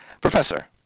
Professor